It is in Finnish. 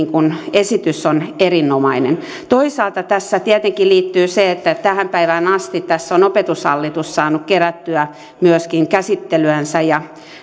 esitys on erinomainen toisaalta tähän tietenkin liittyy se että tähän päivään asti tässä on opetushallitus saanut kerättyä myöskin käsittelyänsä ja